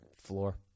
floor